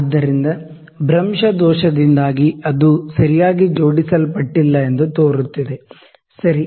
ಆದ್ದರಿಂದ parallax error ದಿಂದಾಗಿ ಅದು ಸರಿಯಾಗಿ ಜೋಡಿಸಲ್ಪಟ್ಟಿಲ್ಲ ಎಂದು ತೋರುತ್ತಿದೆ ಸರಿ